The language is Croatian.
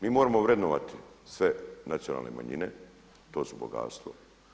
Mi moramo vrednovati sve nacionalne manjine to su bogatstvo.